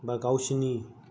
बा गावसोरनि